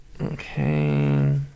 Okay